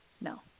No